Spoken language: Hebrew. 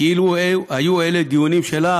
כאילו היו אלה דיונים שלה.